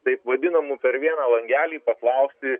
taip vadinamu per vieną langelį paklausti